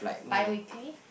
biweekly